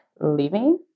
leaving